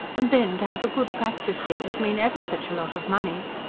and then to have a good practice here would mean ever such a lot of money.